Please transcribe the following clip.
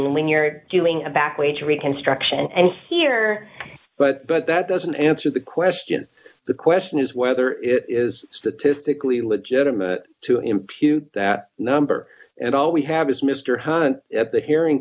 mean when you're doing a back way to reconstruction and here but but that doesn't answer the question the question is whether it is statistically legitimate to impute that number and all we have is mr hunt at the hearing